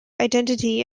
identity